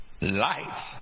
light